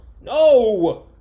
No